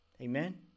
Amen